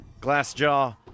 Glassjaw